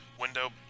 window